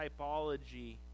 typology